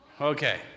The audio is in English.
okay